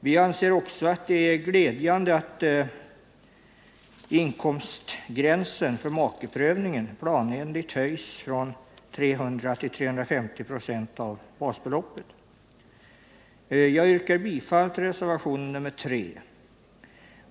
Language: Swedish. Vi anser också att det är glädjande att inkomstgränsen för makeprövningen planenligt höjs från 300 till 350 96 av basbeloppet. Jag yrkar bifall till reservation 3.